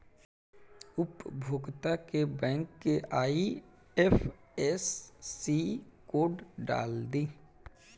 उपभोगता के बैंक के आइ.एफ.एस.सी कोड डाल दी